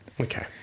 Okay